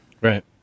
right